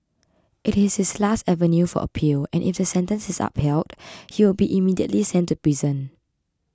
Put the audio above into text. it is his last avenue for appeal and if the sentence is upheld he will be immediately sent to prison